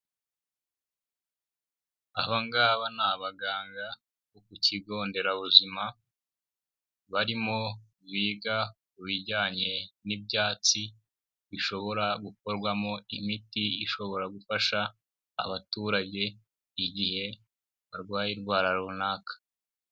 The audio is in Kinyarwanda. Aba ngaba ni abaganga bo ku kigo nderabuzima barimo biga ibijyanye n'ibyatsi bishobora gukorwamo imiti ishobora gufasha abaturage igihe barwaye indwara runaka.